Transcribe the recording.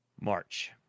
March